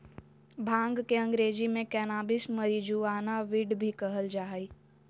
भांग के अंग्रेज़ी में कैनाबीस, मैरिजुआना, वीड भी कहल जा हइ